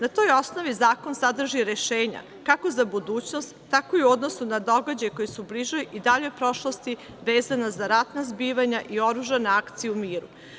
Na toj osnovi zakon sadrži rešenja kako za budućnost, tako i u odnosu na događaje koji su u bližoj i daljoj prošlosti vezana za ratna zbivanja i oružane akcije u miru.